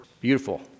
beautiful